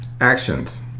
Actions